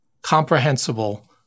comprehensible